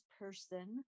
person